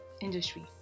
industry